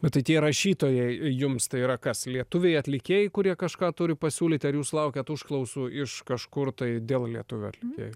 bet tai tie rašytojai jums tai yra kas lietuviai atlikėjai kurie kažką turi pasiūlyti ar jūs laukiat užklausų iš kažkur tai dėl lietuvių atlikėjų